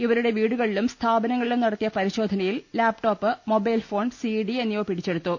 ഇവ രുടെ വീടുക്ളിലും സ്ഥാപനങ്ങളിലും നടത്തിയ പരിശോധനയിൽ ലാപ്ടോപ് മൊബൈൽഫോൺ സി ഡി എന്നിവ പിടിച്ചെടുത്തു